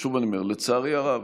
שוב אני אומר: לצערי הרב,